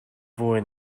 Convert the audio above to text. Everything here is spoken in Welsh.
fwy